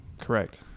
Correct